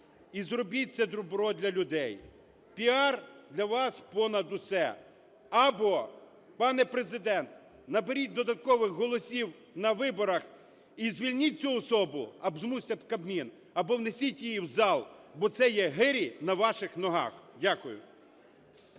І зробіть це добро для людей. Піар для вас – понад усе. Або, пане Президент, наберіть додаткових голосів на виборах і звільніть цю особу, або змусьте Кабмін, або внесіть її в зал. Бо це є гирі на ваших ногах. Дякую.